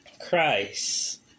Christ